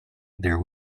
there